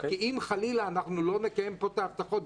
כי אם חלילה לא נקיים פה את ההבטחות,